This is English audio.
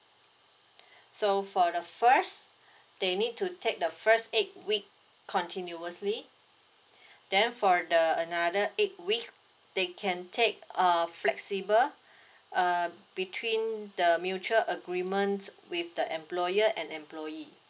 so for the first they need to take the first eight week continuously then for the another eight week they can take a flexible uh between the mutual agreement with the employer and employee